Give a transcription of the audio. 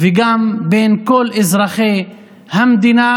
וגם בין כל אזרחי המדינה